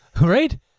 Right